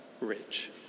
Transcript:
rich